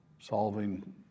solving